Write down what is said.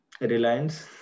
reliance